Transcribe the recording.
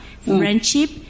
friendship